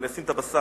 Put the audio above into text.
אני אשים את הבשר.